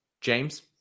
James